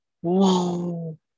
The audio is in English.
Whoa